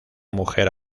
mujer